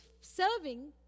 serving